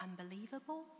Unbelievable